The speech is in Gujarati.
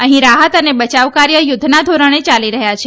અહીં રાહત અને બચાવ કાર્ય યુધ્ધના ધોરણે યાલી રહ્યા છે